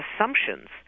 assumptions